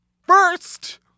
First